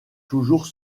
toujours